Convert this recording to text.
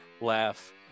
laugh